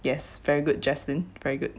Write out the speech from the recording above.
yes very good jaslyn very good